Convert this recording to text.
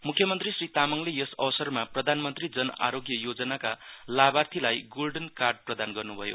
मुख्यमन्त्री श्री तामाङले यस अवसरमा प्रधानमन्त्री जन आरोज्ञ योजनाका लाभार्थीलाई गोल्डन कार्ड प्रदान गर्नुभयो